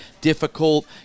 difficult